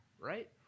Right